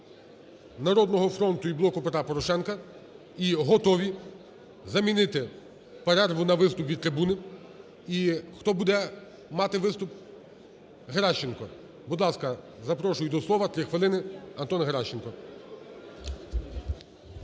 "Народного фронту" і "Блоку Петра Порошенка". І готові замінити перерву на виступ від трибуни. І хто буде мати виступ? Геращенко. Будь ласка, запрошую до слова, три хвилини. Антон Геращенко.